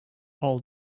all